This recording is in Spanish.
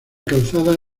calzada